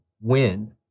win